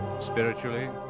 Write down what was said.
spiritually